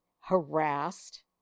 harassed